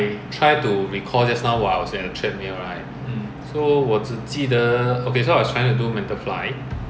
so uh track sell downwind track then I start my turn